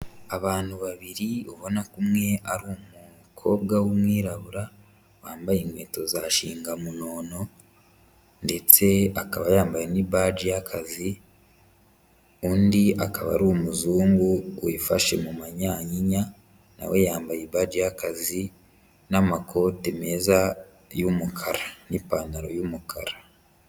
Abantu babiri babona ko umwe ari umukobwa w'umwirabura wambaye inkweto za shinga munono ndetse akaba yambaye n'ibaji y'akazi, undi akaba ari umuzungu wifashe mu manyanyinya nawe yambaye ibaji y'akazi n'amakoti meza y'umukara n'ipantaro y'umukara.